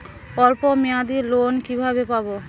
অল্প মেয়াদি লোন কিভাবে পাব?